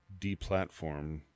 deplatform